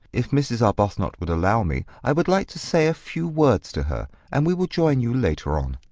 if mrs. arbuthnot would allow me, i would like to say a few words to her, and we will join you later on.